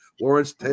Lawrence